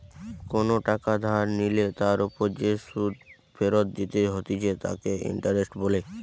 কোনো টাকা ধার নিলে তার ওপর যে সুধ ফেরত দিতে হতিছে তাকে ইন্টারেস্ট বলে